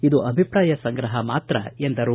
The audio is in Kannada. ಇದು ಅಭಿಪ್ರಾಯ ಸಂಗ್ರಹ ಮಾತ್ರ ಎಂದರು